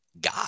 God